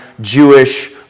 Jewish